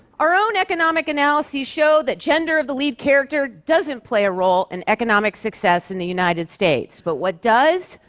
our own economic analyses show that gender of the lead character doesn't play a role in economic success in the united states. but what does?